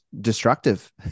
destructive